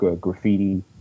graffiti